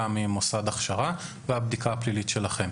ממוסד ההכשרה והבדיקה הפלילית שלכם.